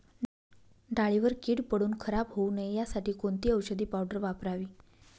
डाळीवर कीड पडून खराब होऊ नये यासाठी कोणती औषधी पावडर वापरावी?